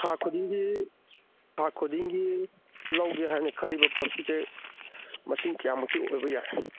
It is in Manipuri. ꯊꯥꯈꯨꯗꯤꯡꯒꯤ ꯊꯥꯈꯨꯗꯤꯡꯒꯤ ꯂꯧꯒꯦ ꯍꯥꯏꯅ ꯈꯜꯂꯤꯕ ꯄꯣꯠꯁꯛꯁꯦ ꯃꯁꯤꯡ ꯀꯌꯥꯃꯨꯛꯇꯤ ꯑꯣꯏꯕ ꯌꯥꯏ